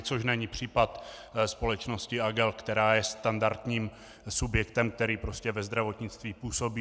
Což není případ společnosti AGEL, která je standardním subjektem, který prostě ve zdravotnictví působí.